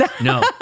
No